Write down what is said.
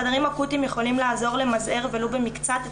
חדרים אקוטיים יכולים לעזור למזער ולו במקצת את